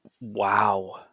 wow